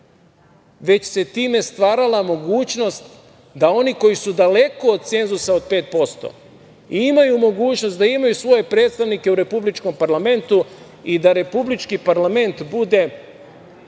već se time stvarala mogućnost da oni koji su daleko od cenzusa od pet posto imaju mogućnost da imaju svoje predstavnike u Republičkom parlamentu i da Republički parlament bude